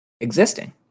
existing